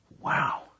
Wow